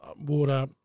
water